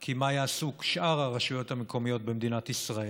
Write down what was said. כי מה יעשו שאר הרשויות המקומיות במדינת ישראל?